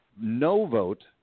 no-vote